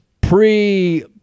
pre-